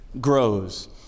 grows